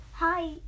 Hi